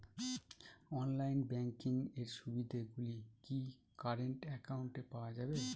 Online banking এর সুবিধে গুলি কি কারেন্ট অ্যাকাউন্টে পাওয়া যাবে?